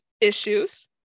issues